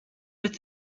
with